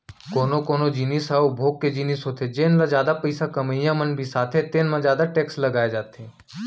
कोनो कोनो जिनिस ह उपभोग के जिनिस होथे जेन ल जादा पइसा कमइया मन बिसाथे तेन म जादा टेक्स लगाए जाथे